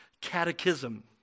Catechism